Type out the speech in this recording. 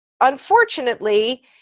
unfortunately